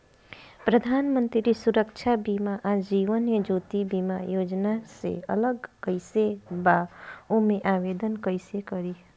प्रधानमंत्री सुरक्षा बीमा आ जीवन ज्योति बीमा योजना से अलग कईसे बा ओमे आवदेन कईसे करी?